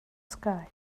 sky